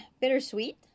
bittersweet